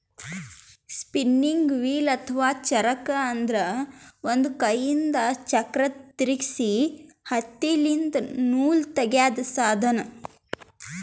spinning wheel ಅಥವಾ ಚರಕ ಅಂದ್ರ ಒಂದ್ ಕೈಯಿಂದ್ ಚಕ್ರ್ ತಿರ್ಗಿಸಿ ಹತ್ತಿಲಿಂತ್ ನೂಲ್ ತಗ್ಯಾದ್ ಸಾಧನ